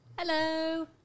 hello